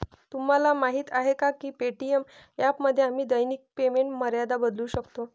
तुम्हाला माहीत आहे का पे.टी.एम ॲपमध्ये आम्ही दैनिक पेमेंट मर्यादा बदलू शकतो?